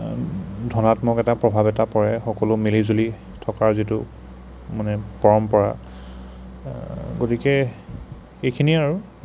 ধনাত্মক এটা প্ৰভাৱ এটা পৰে সকলো মিলিজুলি থকাৰ যিটো মানে পৰম্পৰা গতিকে এইখিনিয়েই আৰু